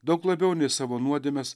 daug labiau nei savo nuodėmes